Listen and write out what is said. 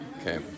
Okay